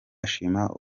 ashima